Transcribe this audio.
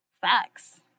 facts